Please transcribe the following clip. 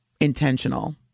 intentional